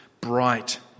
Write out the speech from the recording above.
bright